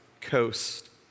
coast